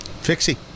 Fixie